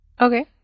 Okay